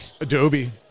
Adobe